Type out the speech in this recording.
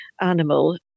animal